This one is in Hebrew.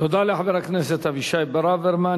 תודה לחבר הכנסת אבישי ברוורמן.